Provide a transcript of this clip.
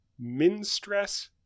minstress